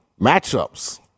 matchups